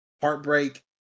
heartbreak